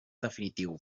definitiu